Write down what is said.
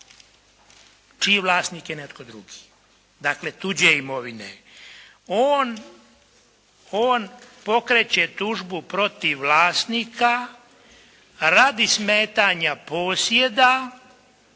čiji vlasnik je netko drugi. Dakle, tuđe imovine. On pokreće tužbu protiv vlasnika radi smetanja posjeda